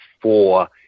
four